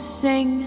sing